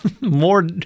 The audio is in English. more